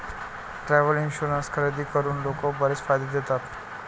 travel insurance खरेदी करून लोक बरेच फायदे घेतात